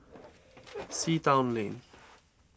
Sea Town Lane